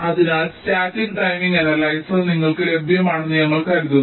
അതിനാൽ static timing analyser നിങ്ങൾക്ക് ലഭ്യമാണെന്ന് ഞങ്ങൾ കരുതുന്നു